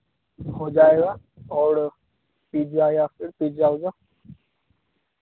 हो जाएगा और पिज्जा या फिर पिज्जा उज्जा